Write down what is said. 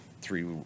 three